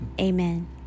Amen